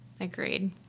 Agreed